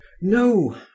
No